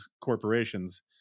corporations